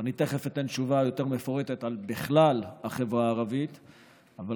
תכף אתן תשובה ויתר מפורטת על החברה הערבית בכלל,